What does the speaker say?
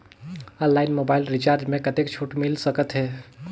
Online mobile recharge मे कतेक छूट मिल सकत हे?